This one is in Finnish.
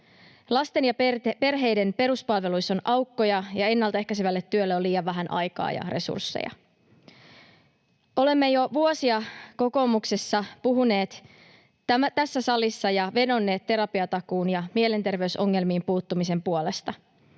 Lasten ja perheiden peruspalveluissa on aukkoja, ja ennaltaehkäisevälle työlle on liian vähän aikaa ja resursseja. Olemme jo vuosia kokoomuksessa puhuneet tässä salissa ja vedonneet terapiatakuun ja mielenterveysongelmiin puuttumisen puolesta.